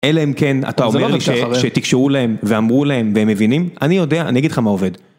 אלא אם כן, אתה אומר שתקשורו להם ואמרו להם והם מבינים, אני יודע, אני אגיד לך מה עובד.